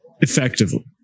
effectively